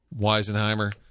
Weisenheimer